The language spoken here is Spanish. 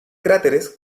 cráteres